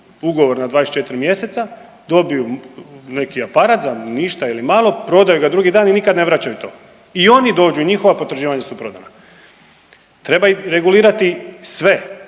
ugovor na 24 mjeseca dobiju neki aparat za ništa ili malo, prodaju ga drugi dan i nikad ne vraćaju to i oni dođu, njihova potraživanja su prodana. Treba ih regulirati sve